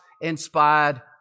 inspired